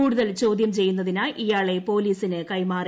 കൂടുതൽ ചോദ്യം ചെയ്യുന്നതിനായി ഇയാളെ പോലീസിന് കൈമാറി